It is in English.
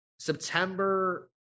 September